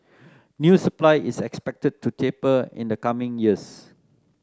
new supply is expected to taper in the coming years